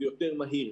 יותר מהיר.